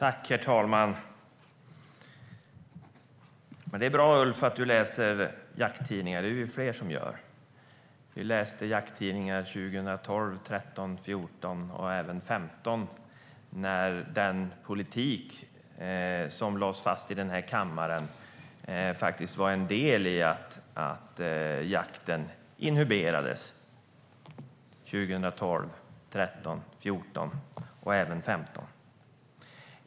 Herr talman! Det är bra att Ulf Berg läser jakttidningar. Det är vi fler som gör. Vi läste jakttidningar 2012, 2013, 2014 och även 2015 när den politik som lades fast i kammaren var en del i att jakten inhiberades 2012, 2013, 2014 och även 2015.